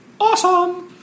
awesome